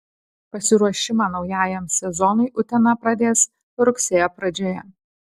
pasiruošimą naujajam sezonui utena pradės rugsėjo pradžioje